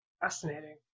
fascinating